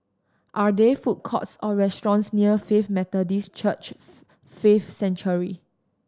are there food courts or restaurants near Faith Methodist Church Faith Sanctuary